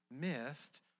missed